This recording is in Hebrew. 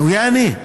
הוא יהיה עני.